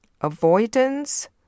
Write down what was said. avoidance